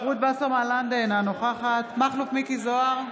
רות וסרמן לנדה, אינה נוכחת מכלוף מיקי זוהר,